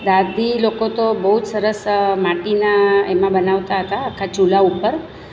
દાદી લોકો તો બહુ જ સરસ માટીના એમાં બનાવતા હતા આખા ચૂલા ઉપર